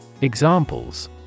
Examples